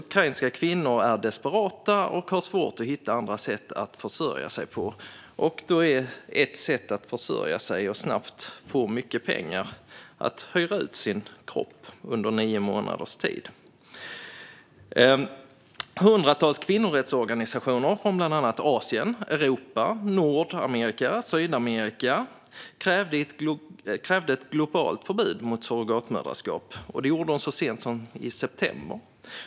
Ukrainska kvinnor är desperata och har svårt att hitta andra sätt att försörja sig på. Ett sätt att försörja sig och snabbt få mycket pengar är att hyra ut sin kropp under nio månaders tid. Hundratals kvinnorättsorganisationer från bland annat Asien, Europa, Nordamerika och Sydamerika krävde ett globalt förbud mot surrogatmoderskap. Det gjorde de så sent som i september.